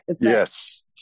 Yes